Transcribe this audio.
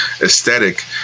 aesthetic